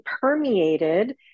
permeated